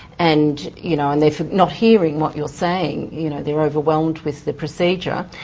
and you know, and they're not hearing what you're saying, you know they're overwhelmed with the procedure.